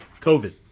COVID